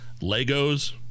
Legos